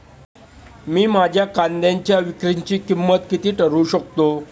मी माझ्या कांद्यांच्या विक्रीची किंमत किती ठरवू शकतो?